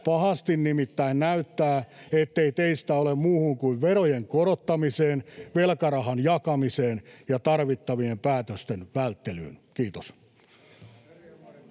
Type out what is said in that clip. Pahasti nimittäin näyttää, ettei teistä ole muuhun kuin verojen korottamiseen, velkarahan jakamiseen ja tarvittavien päätösten välttelyyn. — Kiitos.